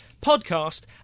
podcast